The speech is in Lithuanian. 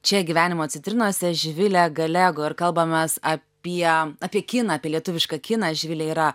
čia gyvenimo citrinose živilė galego ir kalbamės apie apie kiną apie lietuvišką kiną živilė yra